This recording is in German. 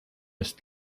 ist